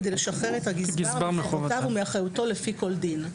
כדי לשחרר הגזבר מחובותיו ומאחריותו לפי כל דין.